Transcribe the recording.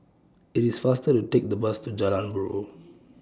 IT IS faster to Take The Bus to Jalan Buroh